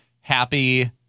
happy